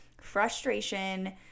Frustration